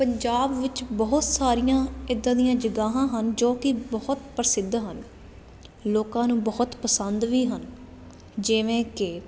ਪੰਜਾਬ ਵਿੱਚ ਬਹੁਤ ਸਾਰੀਆਂ ਇੱਦਾਂ ਦੀਆਂ ਜਗਾਵਾਂ ਹਨ ਜੋ ਕਿ ਬਹੁਤ ਪ੍ਰਸਿੱਧ ਹਨ ਲੋਕਾਂ ਨੂੰ ਬਹੁਤ ਪਸੰਦ ਵੀ ਹਨ ਜਿਵੇਂ ਕਿ